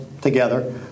together